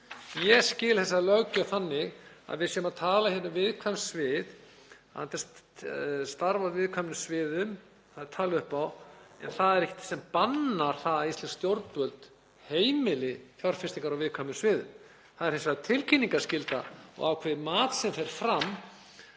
Ég skil þessa löggjöf þannig að við séum að tala hérna um viðkvæm svið, starf á viðkvæmum sviðum, það er talið upp, en það er ekkert sem bannar það að íslensk stjórnvöld heimili fjárfestingar á viðkvæmum sviðum. Það er hins vegar tilkynningarskylda og ákveðið mat sem fer fram